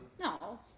no